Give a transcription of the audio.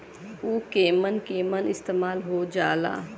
उव केमन केमन इस्तेमाल हो ला?